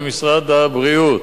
זה משרד הבריאות.